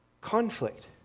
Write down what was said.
conflict